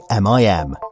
MIM